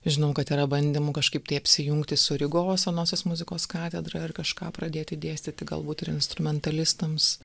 žinom kad yra bandymų kažkaip tai apsijungti su rygos senosios muzikos katedra ir kažką pradėti dėstyti galbūt ir instrumentalistams